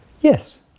Yes